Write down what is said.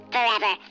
Forever